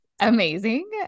Amazing